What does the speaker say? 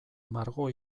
margo